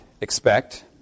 expect